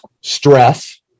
stress